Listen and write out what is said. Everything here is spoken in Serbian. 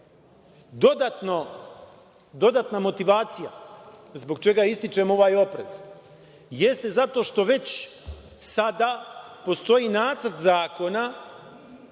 Dodatna motivacija zbog čega ističem ovaj oprez jeste zato što već sada postoji Nacrt zakona